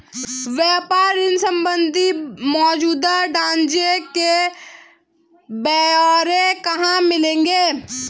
व्यापार ऋण संबंधी मौजूदा ढांचे के ब्यौरे कहाँ मिलेंगे?